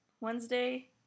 Wednesday